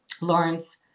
Lawrence